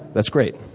that's great.